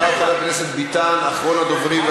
אחריו, חבר הכנסת ביטן, אחרון הדוברים.